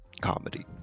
comedy